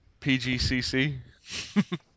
PGCC